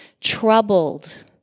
troubled